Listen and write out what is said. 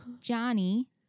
Johnny